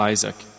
Isaac